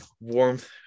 warmth